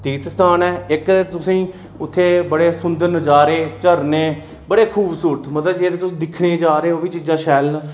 तीर्थ स्थान ऐ इक तुसेंई उत्थै बड़े सुदंर नजारे झरनें बड़े खूबसूरत मतलब जेकर तुस दिक्खने ई जा दे ओ ओह् बी चीजां शैल न